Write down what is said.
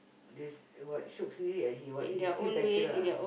this what shiok sendiri he what still bachelor ah